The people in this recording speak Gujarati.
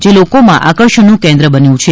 જે લોકોમાં આકર્ષણનું કેન્દ્ર બન્યું છે